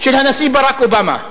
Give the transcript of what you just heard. של הנשיא ברק אובמה,